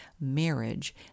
marriage